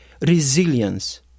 resilience